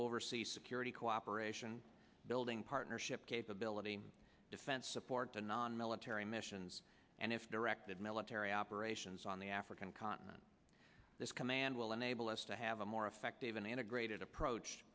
oversee security cooperation building partnership capability defense support to nonmilitary missions and if directed military operations on the african continent this command will enable us to have a more effective and integrated approach